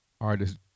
artists